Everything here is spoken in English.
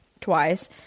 twice